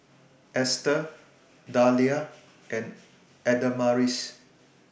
Esther Dahlia and Adamaris